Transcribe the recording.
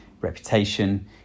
reputation